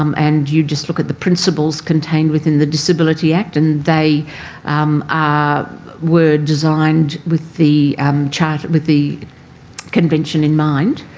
um and you just look at the principles contained within the disability act and they are were designed with the um charter with the convention in mind.